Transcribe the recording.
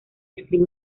describe